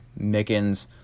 Mickens